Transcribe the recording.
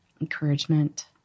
encouragement